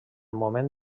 moment